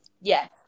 yes